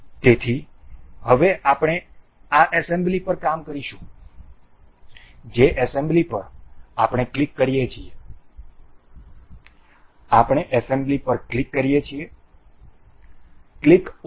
તેથી હવે આપણે આ એસેમ્બલી પર કામ કરીશું જે એસેમ્બલી પર આપણે ક્લિક કરીએ છીએ અમે એસેમ્બલી પર ક્લિક કરીએ ક્લિક ok